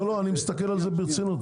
אני מסתכל על זה ברצינות.